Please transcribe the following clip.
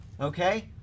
okay